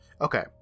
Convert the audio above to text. Okay